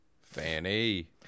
Fanny